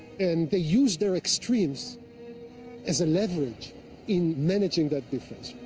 and they used their extremes as a leverage in managing that difference,